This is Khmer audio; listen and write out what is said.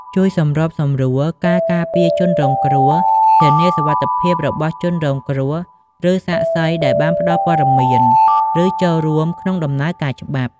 ជួយសម្របសម្រួលការការពារជនរងគ្រោះ ធានាសុវត្ថិភាពរបស់ជនរងគ្រោះ ឬសាក្សីដែលបានផ្តល់ព័ត៌មាន ឬចូលរួមក្នុងដំណើរការច្បាប់។